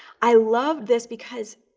i love this because,